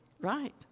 Right